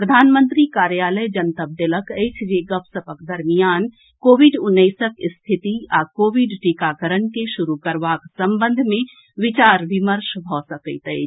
प्रधानमंत्री कार्यालय जनतब देलक अछि जे गपसपक दरमियान कोविड उन्नैसक स्थिति आ कोविड टीकाकरण के शुरू करबाक संबंध मे विचार विमर्श भऽ सकैत अछि